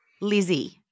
Lizzie